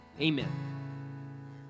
Amen